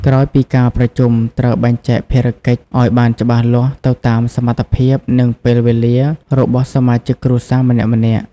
ក្រោយពីការប្រជុំ ត្រូវ បែងចែកភារកិច្ចឱ្យបានច្បាស់លាស់ ទៅតាម សមត្ថភាព និងពេលវេលា របស់សមាជិកគ្រួសារម្នាក់ៗ។